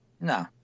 No